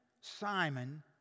Simon